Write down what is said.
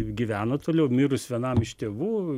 gyvena toliau mirus vienam iš tėvų